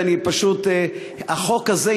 החוק הזה,